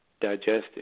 digested